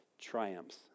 triumphs